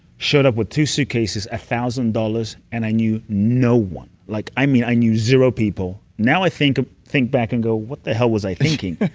showed up with two suitcases, one thousand dollars, and i knew no one. like i mean, i knew zero people. now i think think back and go, what the hell was i thinking?